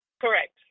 Correct